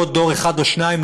בעוד דור אחד או שניים,